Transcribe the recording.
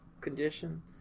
condition